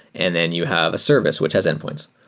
and then you have a service, which has endpoints.